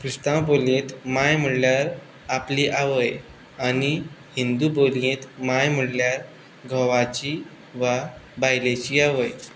क्रिस्तांव बोलयेंत मांय म्हणल्यार आपली आवय आनी हिन्दू बोलयेंत मांय म्हणल्यार घोवाची वा बायलेची आवय